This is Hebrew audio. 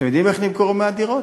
אתם יודעים איך נמכרו 100 דירות?